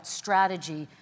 strategy